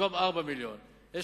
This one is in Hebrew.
במקום 4 מיליוני שקלים.